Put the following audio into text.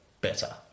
better